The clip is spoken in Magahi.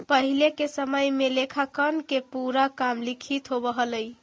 पहिले के समय में लेखांकन के पूरा काम लिखित होवऽ हलइ